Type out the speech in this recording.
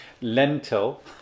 lentil